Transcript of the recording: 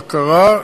בקרה,